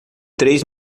três